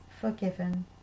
forgiven